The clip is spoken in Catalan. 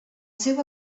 seu